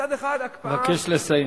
מצד אחד, הקפאה, אבקש לסיים.